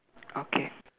okay